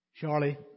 Charlie